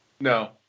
No